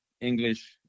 English